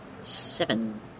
Seven